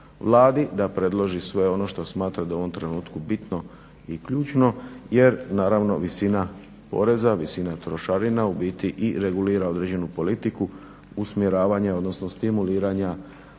da predloži sve ono što smatra da je u ovom trenutku bitno i ključno jer naravno visina poreza, visina trošarina u biti regulira određenu politiku usmjeravanja odnosno stimuliranja